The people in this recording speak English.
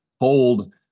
hold